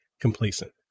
complacent